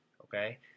Okay